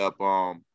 up –